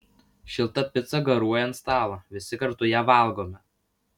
šilta pica garuoja ant stalo visi kartu ją valgome